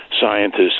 scientists